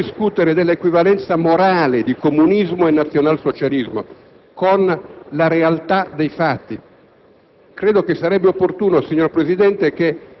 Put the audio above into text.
Vogliamo parlare del comunismo? Vogliamo discutere dell'equivalenza morale di comunismo e nazionalsocialismo con la realtà dei fatti?